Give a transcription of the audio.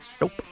Nope